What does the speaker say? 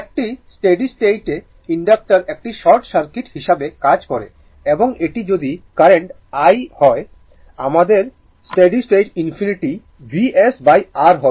একটি steady state inductor একটি short circuit হিসাবে কাজ করে এবং এটি যদি কারেন্ট i ম হয় আমাদের স্টেডি স্টেট infinity VsR হবে